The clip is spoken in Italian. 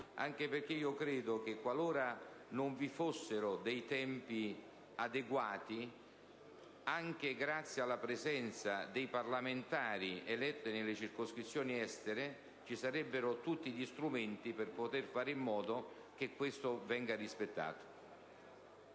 anche perché credo che qualora non vi fossero dei tempi adeguati, anche grazie alla presenza dei parlamentari eletti nelle circoscrizioni Estero ci sarebbero tutti gli strumenti per poter fare in modo che vanga effettivamente